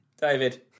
David